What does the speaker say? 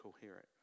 coherent